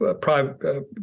private